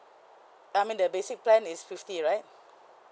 I mean the basic plan is fifty right